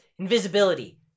invisibility